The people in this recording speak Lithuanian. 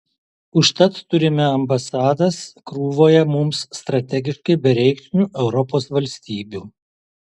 užtat turime ambasadas krūvoje mums strategiškai bereikšmių europos valstybių